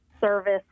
service